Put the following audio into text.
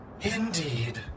Indeed